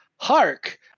Hark